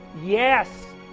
Yes